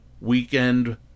weekend